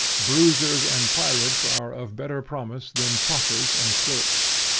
bruisers and pirates are of better promise than talkers and clerks.